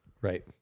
Right